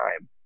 time